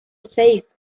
safe